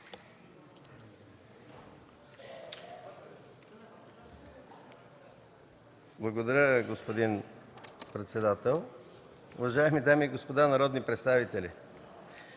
Благодаря, господин председател. Уважаеми дами и господа народни представители!